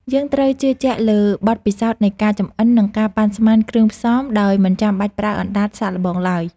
យើងត្រូវជឿជាក់លើបទពិសោធន៍នៃការចម្អិន និងការប៉ាន់ស្មានគ្រឿងផ្សំដោយមិនចាំបាច់ប្រើអណ្តាតសាកល្បងឡើយ។